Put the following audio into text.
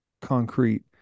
concrete